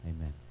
amen